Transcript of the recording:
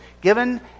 given